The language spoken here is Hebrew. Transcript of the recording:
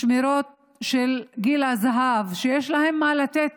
משמרות של גיל הזהב, שיש להם מה לתת,